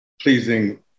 pleasing